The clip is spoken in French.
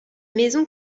maison